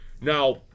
Now